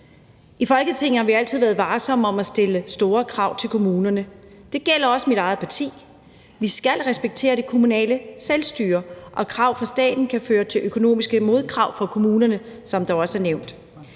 I Folketinget har vi jo altid været varsomme med at stille store krav til kommunerne, og det gælder også mit eget parti. Vi skal respektere det kommunale selvstyre, og krav fra staten kan føre til økonomiske modkrav fra kommunerne, som der også er nævnt.